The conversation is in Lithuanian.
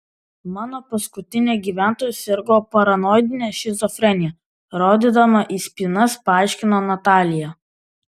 mano paskutinė gyventoja sirgo paranoidine šizofrenija rodydama į spynas paaiškino natalija